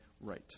right